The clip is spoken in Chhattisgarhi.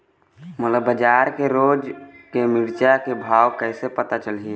मोला बजार के रोज के मिरचा के भाव कइसे पता चलही?